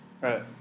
Right